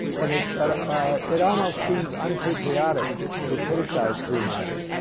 and it it almost seems unpatriotic to criticize free markets.